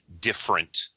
different